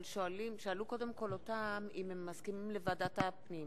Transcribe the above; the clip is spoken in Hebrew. אם יש לי הצעה אחרת, מצביעים גם על ההצעה שלי.